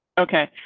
okay,